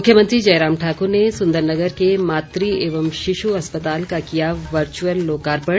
मुख्यमंत्री जयराम ठाकुर ने सुंदरनगर के मातृ व शिशु अस्पताल का किया वर्चुअल लोकार्पण